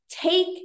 take